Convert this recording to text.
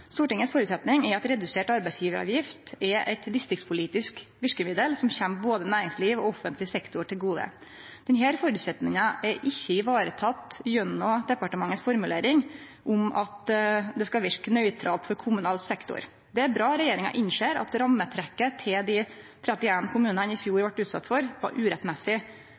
Stortingets føresetnad er at redusert arbeidsgjevaravgift er eit distriktspolitisk verkemiddel som kjem både næringsliv og offentleg sektor til gode. Denne føresetnaden er ikkje vareteken gjennom departementets formulering om at det skal verke nøytralt for kommunal sektor. Det er bra regjeringa innser at rammetrekket dei 31 kommunane i fjor vart utsette for, var